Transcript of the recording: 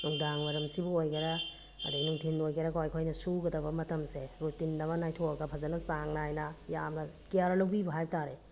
ꯅꯨꯡꯗꯥꯡꯋꯥꯏꯔꯝꯁꯤꯕꯨ ꯑꯣꯏꯒꯦꯔꯥ ꯑꯗꯒꯤ ꯅꯨꯡꯊꯤꯜ ꯑꯣꯏꯒꯦꯔꯥ ꯀꯣ ꯑꯩꯈꯣꯏꯅ ꯁꯨꯒꯗꯕ ꯃꯇꯝꯁꯦ ꯔꯨꯇꯤꯟ ꯑꯃ ꯅꯥꯏꯊꯣꯛ ꯑꯒ ꯐꯖꯅ ꯆꯥꯡ ꯅꯥꯏꯅ ꯌꯥꯝꯅ ꯀꯦꯌꯥꯔ ꯂꯧꯕꯤꯕ ꯍꯥꯏꯕ ꯇꯥꯔꯦ